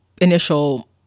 initial